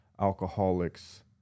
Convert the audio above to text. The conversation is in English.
alcoholics